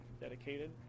Dedicated